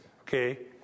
okay